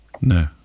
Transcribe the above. no